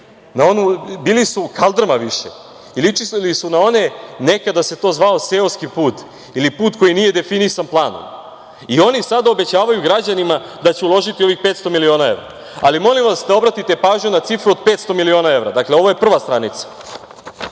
bili su kaldrma i ličili su na one, nekada se to zvao, seoske puteve ili put koji nije definisan planom. Oni sada obećavaju građanima da će uložiti 500 miliona evra. Molim vas da obratite pažnju na cifru od 500 miliona evra. Dakle, ovo je prva stranica. Onda